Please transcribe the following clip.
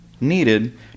needed